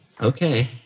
Okay